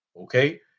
Okay